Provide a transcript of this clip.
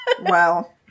Wow